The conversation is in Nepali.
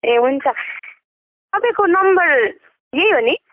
ए हुन्छ तपाईँको नम्बर यही हो नि